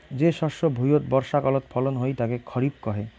যে শস্য ভুঁইয়ত বর্ষাকালত ফলন হই তাকে খরিফ কহে